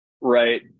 Right